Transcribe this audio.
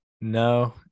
No